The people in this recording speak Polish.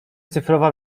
cyfrowa